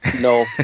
no